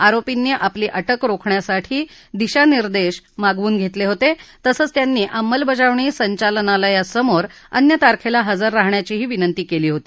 आरोपींनी आपली अटक रोखण्यासाठी दिशा निर्देश मागवून घेतले होते तसंच त्यांनी अंमलबजावणी संचालनालयासमोर अन्य तारखेला हजर राहण्याची विनंती केली होती